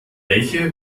welche